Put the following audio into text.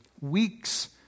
weeks